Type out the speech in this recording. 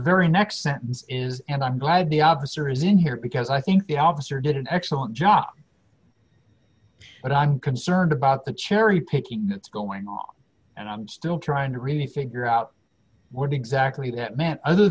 sentence is and i'm glad the obvious or is in here because i think the officer did an excellent job but i'm concerned about the cherry picking that's going on and i'm still trying to really figure out what exactly that meant other